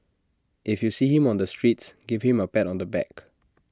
if you see him on the streets give him A pat on the back